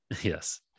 Yes